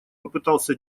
попытался